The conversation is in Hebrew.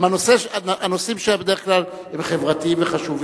גם הנושאים שלך הם בדרך כלל חברתיים וחשובים,